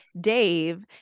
Dave